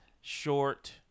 Short